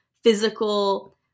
physical